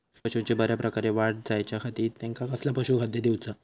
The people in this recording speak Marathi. पशूंची बऱ्या प्रकारे वाढ जायच्या खाती त्यांका कसला पशुखाद्य दिऊचा?